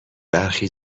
برخی